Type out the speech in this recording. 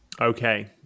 okay